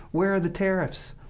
where are the tariffs?